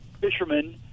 fishermen